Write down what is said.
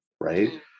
right